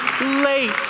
late